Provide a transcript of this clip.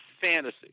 fantasy